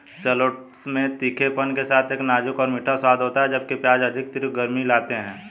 shallots में तीखेपन के साथ एक नाजुक और मीठा स्वाद होता है, जबकि प्याज अधिक तीव्र गर्मी लाते हैं